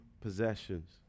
possessions